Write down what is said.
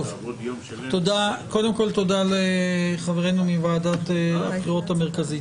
קודם כול, תודה לחברנו מוועדת הבחירות המרכזית.